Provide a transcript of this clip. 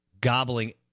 gobbling